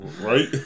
Right